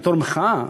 בתור מחאה,